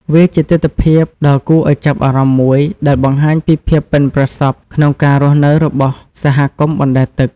វាជាទិដ្ឋភាពដ៏គួរឱ្យចាប់អារម្មណ៍មួយដែលបង្ហាញពីភាពប៉ិនប្រសប់ក្នុងការរស់នៅរបស់សហគមន៍បណ្តែតទឹក។